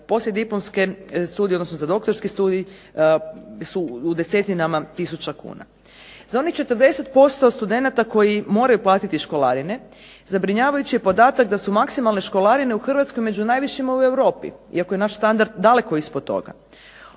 poslijediplomske studije, odnosno za doktorski studij su u desetinama tisuća kuna. Za onih 40% studenata koji moraju platiti školarine zabrinjavajući je podatak da su maksimalne školarine u Hrvatskoj među najvišima u Europi, iako je naš standard daleko ispod toga.